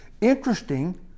Interesting